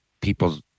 people